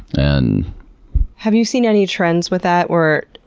and have you seen any trends with that where,